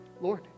Lord